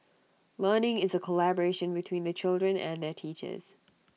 learning is A collaboration between the children and their teachers